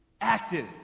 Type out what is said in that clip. active